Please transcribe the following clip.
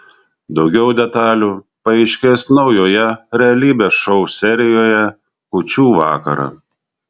daugiau detalių paaiškės naujoje realybės šou serijoje kūčių vakarą